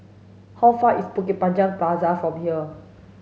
how far is Bukit Panjang Plaza from here